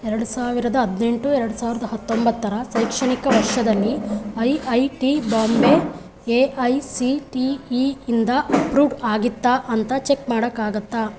ಎರಡು ಸಾವಿರದ ಹದಿನೆಂಟು ಎರಡು ಸಾವಿರ್ದ ಹತ್ತೊಂಬತ್ತರ ಶೈಕ್ಷಣಿಕ ವರ್ಷದಲ್ಲಿ IIT Bombay A I C T E ಇಂದ ಅಪ್ರೂವ್ಡ್ ಆಗಿತ್ತಾ ಅಂತ ಚೆಕ್ ಮಾಡೋಕ್ಕಾಗುತ್ತಾ